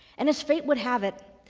and as fate would have it,